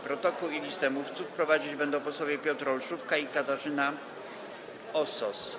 Protokół i listę mówców prowadzić będą posłowie Piotr Olszówka i Katarzyna Osos.